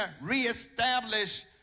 reestablish